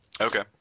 Okay